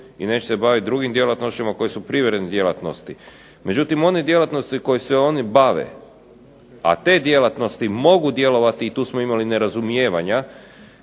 i neće se baviti drugim djelatnostima koje su privredne djelatnosti, međutim one djelatnosti koje se oni bave, a te djelatnosti mogu djelovati i tu smo imali nerazumijevanja,